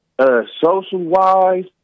social-wise